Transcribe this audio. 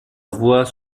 voix